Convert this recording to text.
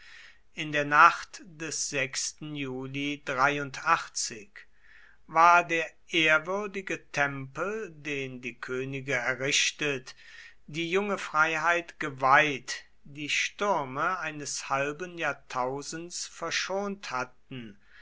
in der nacht des juli war der ehrwürdige tempel den die könige errichtet die junge freiheit geweiht die stürme eines halben jahrtausends verschont hatten